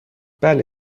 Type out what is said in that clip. بله